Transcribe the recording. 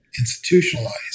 institutionalized